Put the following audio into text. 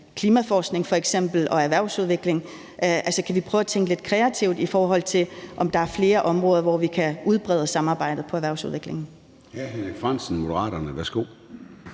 klimaforskning f.eks. og erhvervsudvikling? Kan vi prøve at tænke lidt kreativt, i forhold til om der er flere områder, hvor vi kan udbrede samarbejdet på erhvervsudviklingsområdet?